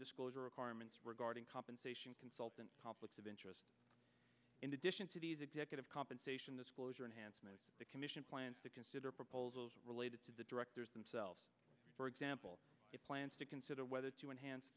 disclosure requirements regarding compensation consultant conflicts of interest in addition to these executive compensation this closure and hansen that the commission plans to consider proposals related to the directors themselves for example it plans to consider whether to enhance